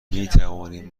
میتوانیم